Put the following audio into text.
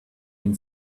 been